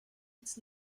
its